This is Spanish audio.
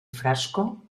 frasco